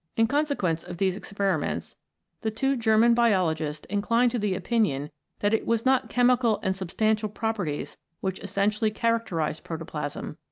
in consequence of these experiments the two german biologists inclined to the opinion that it was not chemical and sub stantial properties which essentially characterised protoplasm,